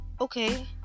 okay